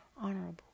honorable